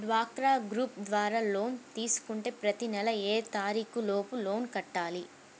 డ్వాక్రా గ్రూప్ ద్వారా లోన్ తీసుకుంటే ప్రతి నెల ఏ తారీకు లోపు లోన్ కట్టాలి?